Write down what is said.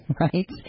Right